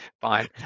fine